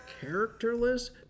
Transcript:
characterless